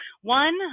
One